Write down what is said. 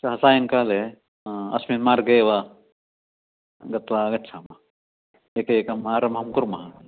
श्वः सायङ्काले अस्मिन् मार्गे एव गत्वा आगच्छामः एकैकम् आरम्भं कुर्मः